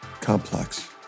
Complex